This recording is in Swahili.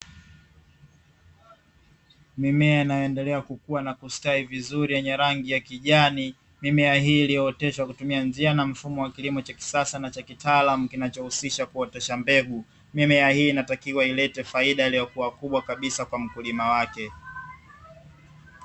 Mimea inaendelea kukua na kustawi vizuri yenye rangi ya kijani. Mimea hii iliyooteshwa kwa kutumia njia na mfumo wa kilimo cha kisasa na cha kitaamu kinachohusika na kuotesha mbegu. Mimea hii inatakiwa ilete faida iliyokuwa kubwa kabisa kwa mkulima wake.